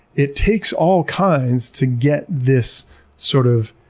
it takes all kinds to get this sort of